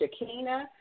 Shakina